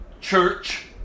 church